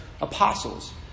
apostles